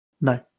No